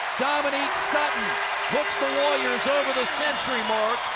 dominique sutton puts the warriors over the century mark,